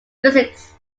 physics